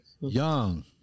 young